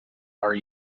are